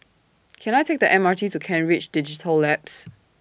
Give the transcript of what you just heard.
Can I Take The M R T to Kent Ridge Digital Labs